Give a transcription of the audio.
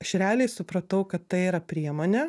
aš realiai supratau kad tai yra priemonė